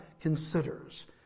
considers